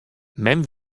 mem